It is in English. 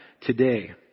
today